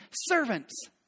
servants